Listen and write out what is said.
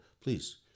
please